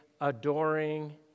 adoring